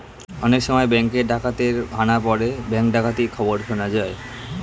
অনেক সময় ব্যাঙ্কে ডাকাতের হানা পড়ে ব্যাঙ্ক ডাকাতির খবর শোনা যায়